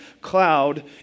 cloud